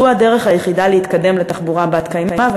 זו הדרך היחידה להתקדם לתחבורה בת-קיימא,